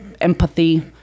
empathy